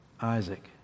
Isaac